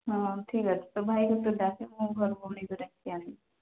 ହଁ ଠିକ୍ ଅଛି ତୋ ଭାଇକୁ ତୁ ଡାକେ ମୁଁ ଘରୁ ଭଉଣୀକୁ ଡାକିକି ଆଣିବି